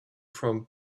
from